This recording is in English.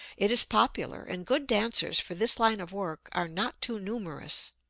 it is popular, and good dancers for this line of work are not too numerous.